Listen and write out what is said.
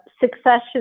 succession